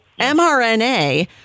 mRNA